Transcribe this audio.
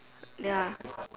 ya